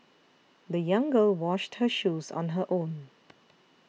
the young girl washed her shoes on her own